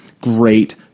great